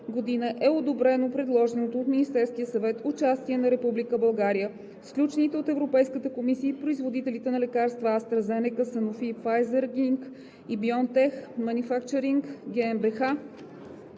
г.) е одобрено предложеното от Министерския съвет участие на Република България в сключените от Европейската комисия и производителите на лекарства AstraZeneca, Sanofi и Pfizer Inc. и BioNTech Manufacturing GmbH